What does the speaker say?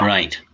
Right